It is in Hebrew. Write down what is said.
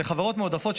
אלה חברות מועדפות,